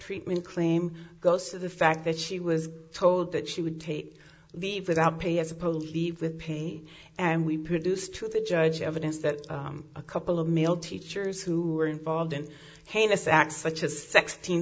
treatment claim goes to the fact that she was told that she would take the eve without pay as opposed to leave with pay and we produced to the judge evidence that a couple of male teachers who were involved in heinous acts such as sixteen